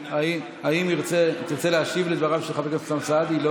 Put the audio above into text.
האם תרצה להשיב לדבריו של חבר הכנסת אוסאמה סעדי?